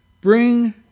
bring